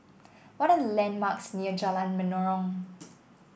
what are the landmarks near Jalan Menarong